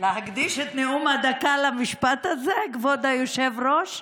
להקדיש את נאום הדקה למשפט הזה, כבוד היושב-ראש?